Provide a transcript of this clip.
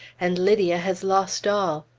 and lydia has lost all!